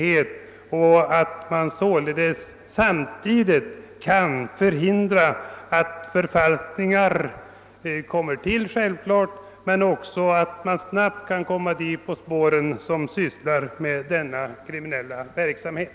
Jag hoppas sam tidigt naturligtvis att man skall kunna förhindra att förfalskningar görs liksom att man snabbt kan komma de personer på spåren vilka ägnar sig åt denna kriminella verksamhet.